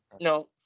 No